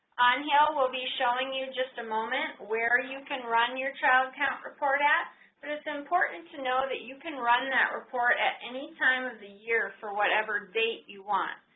will be showing you just a moment where you can run your child count report at but it's important to know that you can run that report at any the year for whatever date you want.